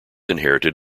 inherited